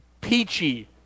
peachy